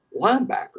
linebacker